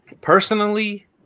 personally